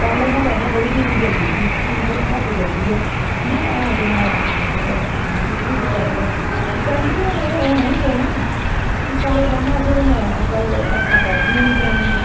पैह्ले साढ़ै उयां बड़ी बिजली जंदी ही हून थोहड़ी घट्ट जंदी ऐ अमां ऐ ते मैं मतलब बिजली उप्पर ई डिपैंड ऐ डिपैंड बी होना होना ही पौना क्योंकि सारे कम्म अस हून अज्जकल हत्थां करदियां नि जनानियां